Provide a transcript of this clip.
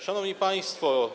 Szanowni Państwo!